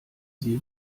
sie